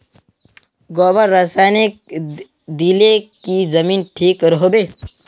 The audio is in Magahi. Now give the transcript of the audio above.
गोबर रासायनिक दिले की जमीन ठिक रोहबे?